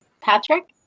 Patrick